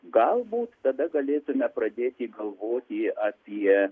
galbūt tada galėtume pradėti galvoti apie